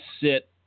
sit